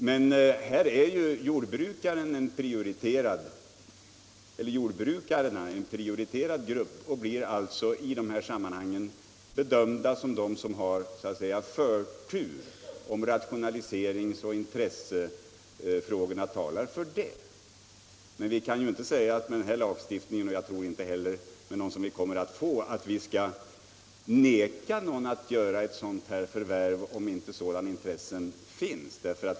Men här är ju jordbrukarna en prioriterad grupp och har i de här sammanhangen förtur, om rationaliseringsoch lämplighetsfrågorna talar för det. Vi kan emellertid inte med den här lagstiftningen — och jag tror inte heller med någon som vi kommer att få — vägra andra än jordbrukare att göra förvärv, om inte sådana intressen som jag nyss talat om är för handen.